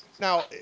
now